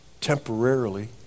temporarily